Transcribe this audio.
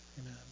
Amen